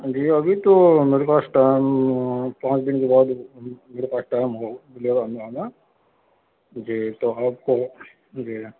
جی ابھی تو میرے پاس ٹائم پانچ دِن کے بعد میرے پاس ٹائم ملے گا ہمیں جی تو آپ کو جی